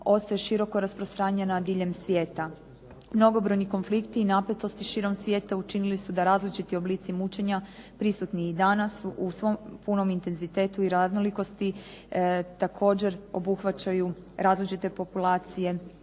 ostaje široko rasprostranjena širom svijeta. Mnogobrojni konflikti i napetosti širom svijeta učinili su da različiti oblici mučenja prisutni i danas u svom punom intenzitetu i raznolikosti također obuhvaćaju različite populacije